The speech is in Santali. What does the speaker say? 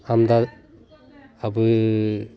ᱟᱢᱫᱟ ᱟᱵᱤ